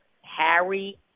Harry